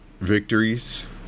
victories